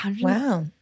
Wow